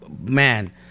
man